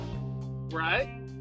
right